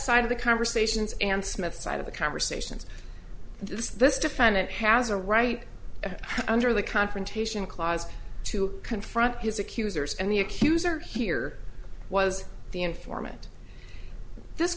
side of the conversations and smith side of the conversations this this defendant has a right under the confrontation clause to confront his accusers and the accuser here was the informant this